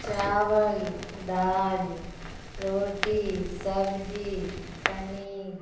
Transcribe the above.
چاول دال روٹی سبزی پنیر